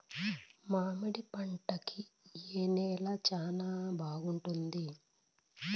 మామిడి పంట కి ఏ నేల చానా బాగుంటుంది